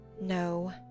No